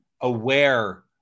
aware